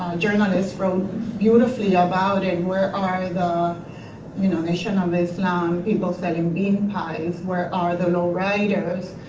a journalist, wrote beautifully about it. where are the you know nation of islam, people selling bean pies? where are the low riders,